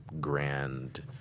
grand